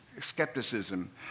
skepticism